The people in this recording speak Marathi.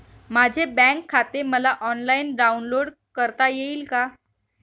माझे बँक खाते मला ऑनलाईन डाउनलोड करता येईल का?